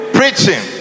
preaching